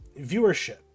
viewership